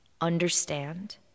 Understand